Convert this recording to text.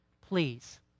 Please